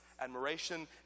admiration